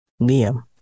Liam